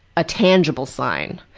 a tangible sign.